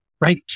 right